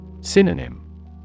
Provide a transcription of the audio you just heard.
Synonym